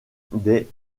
des